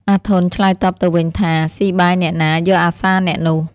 អាធន់ ឆ្លើយតបទៅវិញថា ” ស៊ីបាយអ្នកណា យកអាសាអ្នកនោះ”។